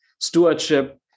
stewardship